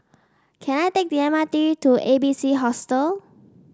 can I take the M R T to A B C Hostel